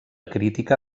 crítica